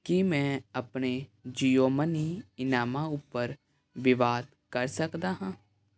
ਕੀ ਮੈਂ ਆਪਣੇ ਜੀਓ ਮਨੀ ਇਨਾਮਾਂ ਉੱਪਰ ਵਿਵਾਦ ਕਰ ਸਕਦਾ ਹਾਂ